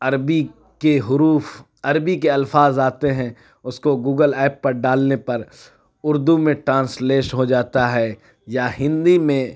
عربی کے حروف عربی کے الفاظ آتے ہیں اس کو گوگل ایپ پر ڈالنے پر اردو میں ٹرانسلیش ہو جاتا ہے یا ہندی میں